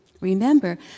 Remember